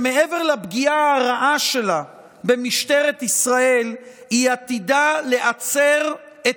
שמעבר לפגיעה הרעה שלה במשטרת ישראל היא עתידה להצר את